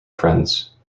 friends